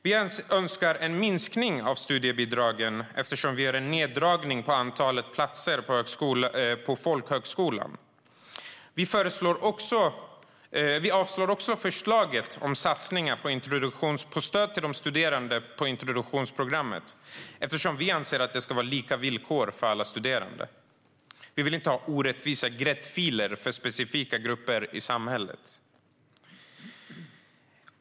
Vi önskar en minskning av studiebidragen eftersom vi gör en neddragning av antalet platser på folkhögskolan . Vi avslår också förslaget om satsningar på stöd till studerande på gymnasieskolans introduktionsprogram eftersom vi anser att det ska vara lika villkor att studera för alla. Vi vill inte ha orättvisa gräddfiler för specifika grupper i samhället."